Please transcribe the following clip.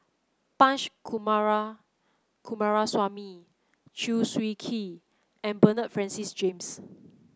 Punch Coomara Coomaraswamy Chew Swee Kee and Bernard Francis James